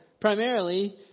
primarily